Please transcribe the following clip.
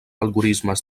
algorismes